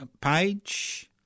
page